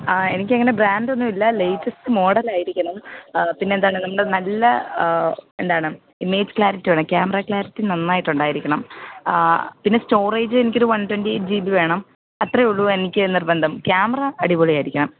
ആ എനിക്കങ്ങനെ ബ്രാൻഡ് ഒന്നുമില്ല ലേറ്റസ്റ്റ് മോഡല് ആയിരിക്കണം പിന്നെ എന്താണ് നമ്മുടെ നല്ല എന്താണ് ഇമേജ് ക്ലാരിറ്റി വേണം ക്യാമറ ക്ലാരിറ്റി നന്നായിട്ട് ഉണ്ടായിരിക്കണം പിന്നെ സ്റ്റോറേജ് എനിക്കൊരു വൺ ട്വൻ്റെി ജി ബി വേണം അത്രയേ ഉള്ളു എനിക്ക് നിർബന്ധം ക്യാമറ അടിപൊളി ആയിരിക്കണം